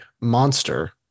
Monster